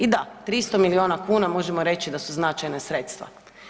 I da, 300 milijuna kuna možemo reći da su značajna sredstva.